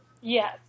Yes